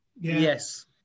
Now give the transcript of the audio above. Yes